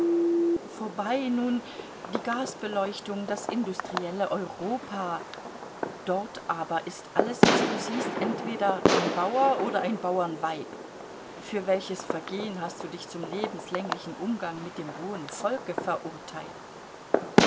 vorbei nun die gasbeleuchtung das industrielle europa dort aber ist alles was du siehst entweder ein bauer oder ein bauernweib für welches vergehen hast du dich zum lebenslänglichen umgang mit dem rohen volke verurteilt